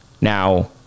Now